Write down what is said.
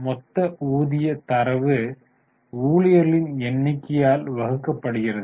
மொத்த ஊதிய தரவு ஊழியர்களின் எண்ணிக்கையால் வகுக்கப்படுகிறது